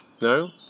No